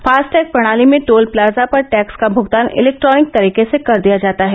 FASTag प्रणाली में toll plaza पर टैक्स का भूगतान इलैक्ट्रॉनिक तरीके से कर दिया जाता है